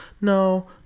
No